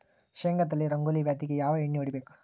ಶೇಂಗಾದಲ್ಲಿ ರಂಗೋಲಿ ವ್ಯಾಧಿಗೆ ಯಾವ ಎಣ್ಣಿ ಹೊಡಿಬೇಕು?